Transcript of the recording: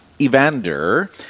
Evander